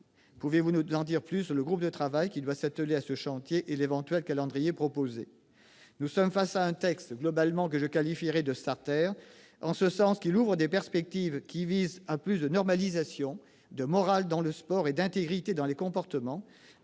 pouvez-vous nous en dire plus sur le groupe de travail qui doit s'atteler à ce chantier et sur l'éventuel calendrier proposé ?